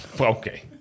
Okay